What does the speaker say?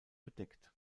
bedeckt